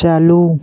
चालू